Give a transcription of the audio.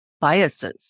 biases